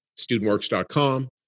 Studentworks.com